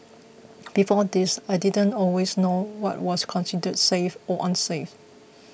before this I didn't always know what was considered safe or unsafe